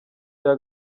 cya